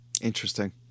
Interesting